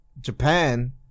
Japan